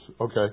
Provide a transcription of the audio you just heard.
Okay